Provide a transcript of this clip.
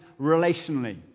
relationally